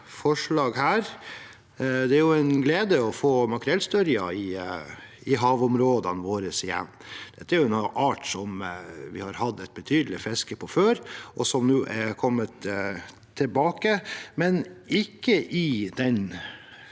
forslag her. Det er en glede å få makrellstørje i havområdene våre igjen. Det er en art som vi har hatt et betydelig fiske på før, og som nå er kommet tilbake, men ikke i den